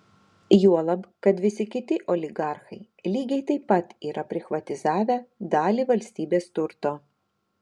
juolab kad visi kiti oligarchai lygiai taip pat yra prichvatizavę dalį valstybės turto